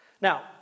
Now